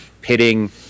pitting